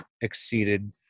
exceeded